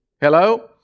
Hello